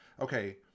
okay